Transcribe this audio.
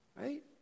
Right